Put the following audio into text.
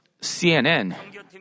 CNN